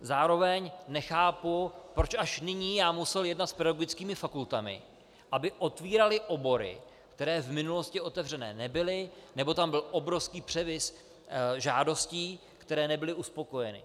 Zároveň nechápu, proč až nyní já musel jednat s pedagogickými fakultami, aby otvíraly obory, které v minulosti otevřené nebyly, nebo tam byl obrovský převis žádostí, které nebyly uspokojeny.